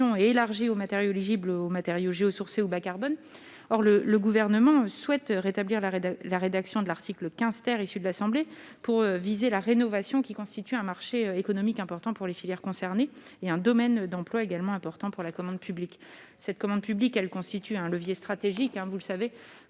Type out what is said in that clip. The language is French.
élargi aux matériaux éligibles aux matériaux Géo sur c'est au bas carbone, or le le gouvernement souhaite rétablir l'arrêt de la rédaction de l'article 15 ter, issue de l'assemblée pour viser la rénovation qui constituent un marché économique important pour les filières concernées et un domaine d'emploi également important pour la commande publique, cette commande publique, elle constitue un levier stratégique, hein, vous le savez,